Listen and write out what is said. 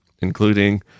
Including